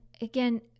again